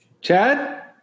Chad